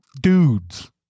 Dudes